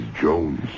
Jones